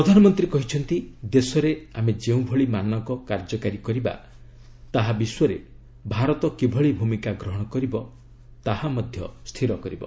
ପ୍ରଧାନମନ୍ତ୍ରୀ କହିଛନ୍ତି ଦେଶରେ ଆମେ ଯେଉଁଭଳି ମାନକ କାର୍ଯ୍ୟକାରୀ କରିବା ତାହା ବିଶ୍ୱରେ ଭାରତ କିଭଳି ଭୂମିକା ଗ୍ରହଣ କରିବ ତାହା ସ୍ଥିର କରିବ